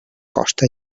costa